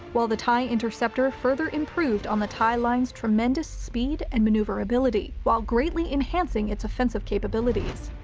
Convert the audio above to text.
while the tie interceptor further improved on the tie line's tremendous speed and maneuverability, while greatly enhancing its offensive capabilities.